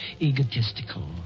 egotistical